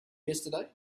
yesterday